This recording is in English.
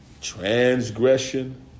transgression